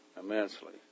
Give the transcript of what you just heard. immensely